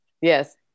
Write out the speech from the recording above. yes